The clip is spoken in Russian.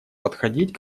подходить